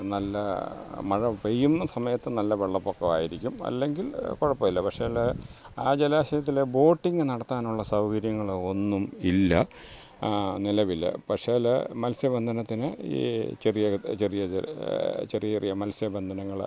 നല്ല മഴ പെയ്യുന്ന സമയത്ത് നല്ല വെള്ളപ്പൊക്കമായിരിക്കും അല്ലെങ്കിൽ കുഴപ്പം ഇല്ല പക്ഷേയെങ്കിൽ ആ ജലാശയത്തിൽ ബോട്ടിംഗ് നടത്താനുള്ള സൗകര്യങ്ങൾ ഒന്നും ഇല്ല നിലവിൽ പക്ഷേയെങ്കിൽ മൽസ്യബന്ധനത്തിന് ഈ ചെറിയ ചെറിയ ചെറിയ ചെറിയ മൽസ്യബന്ധനങ്ങൾ